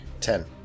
Ten